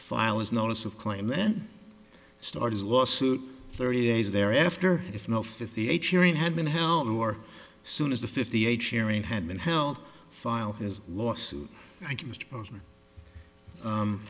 file as notice of claim then start his lawsuit thirty days thereafter if no fifty eight hearing had been held or soon as the fifty eight sharing had been held filed his lawsuit